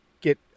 get